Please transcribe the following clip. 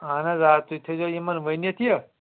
اہن حظ آ تُہی تھٲزیو یِمن ؤنِتھ یہِ